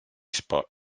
spot